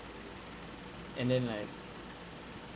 and then like